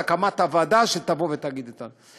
זה הקמת הוועדה שתבוא ותגיד את זה.